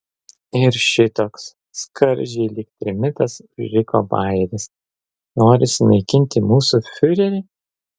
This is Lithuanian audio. ir šitoks skardžiai lyg trimitas užriko majeris nori sunaikinti mūsų fiurerį